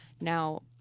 now